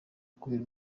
kubera